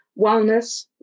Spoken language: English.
wellness